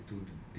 eh